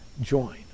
Join